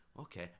Okay